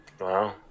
Wow